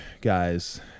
guys